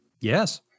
Yes